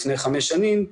לפני חמש שנים.